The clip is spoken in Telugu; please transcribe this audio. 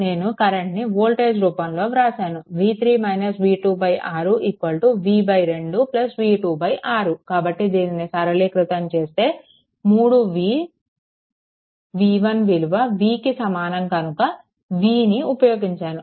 నేను కరెంట్ని వోల్టేజ్ రూపంలో ఇలా వ్రాసాను 6 v 4 v2 6 కాబట్టి దీనిని సరళీకృతం చేస్తే 3v v1 విలువ vకి సమానం కనుక నేను v ని ఉపయోగించాను